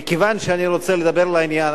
מכיוון שאני רוצה לדבר לעניין,